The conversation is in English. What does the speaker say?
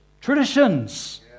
traditions